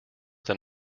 than